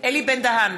יואב בן צור,